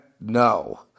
No